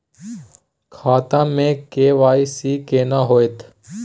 खाता में के.वाई.सी केना होतै?